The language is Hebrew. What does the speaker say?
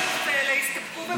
הפלא ופלא, הסתפקו במגילת העצמאות.